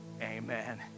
amen